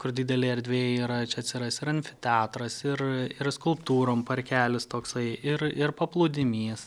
kur didelė erdvė yra čia atsiras ir amfiteatras ir ir skulptūrom parkelis toksai ir ir paplūdimys